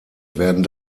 werden